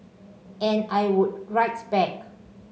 and I would write back